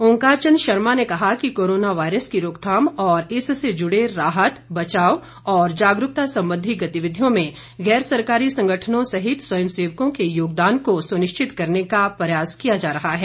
ओंकार चंद शर्मा ने कहा कि कोरोना वायरस की रोकथाम और इससे जुड़े राहत बचाव और जागरूकता संबंधी गतिविधियों में गैर सरकारी संगठनों सहित स्वयं सेवकों के योगदान को सुनिश्चित करने का प्रयास किया जा रहा है